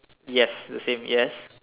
yes the same yes